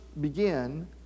begin